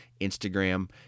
Instagram